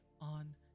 on